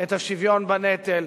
את השוויון בנטל,